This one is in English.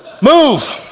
move